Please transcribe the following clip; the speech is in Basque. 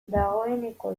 dagoeneko